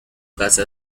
casa